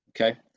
okay